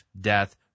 death